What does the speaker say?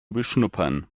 beschnuppern